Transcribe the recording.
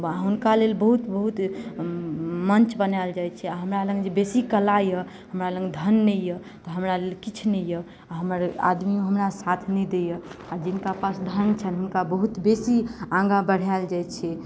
हुनका लेल बहुत बहुत मञ्च बनायल जाइ छै हमरा लग जे बेसी कला अहि हमरा लग धन नहि अहि तऽ हमरा लेल किछु नहि यऽ हमर आदमियो हमरा साथ नहि दैया जिनका पास धन छनि हुनका बहुत बेसी आगा बढ़ायल जाइत छै